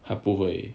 还不会